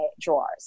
drawers